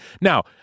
Now